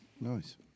Nice